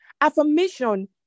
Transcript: Affirmation